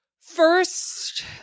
First